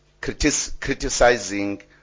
criticizing